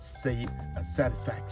satisfaction